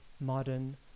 Modern